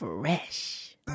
Fresh